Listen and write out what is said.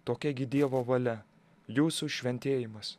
tokia gi dievo valia jūsų šventėjimas